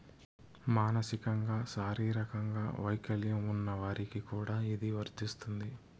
మానసికంగా శారీరకంగా వైకల్యం ఉన్న వారికి కూడా ఇది వర్తిస్తుంది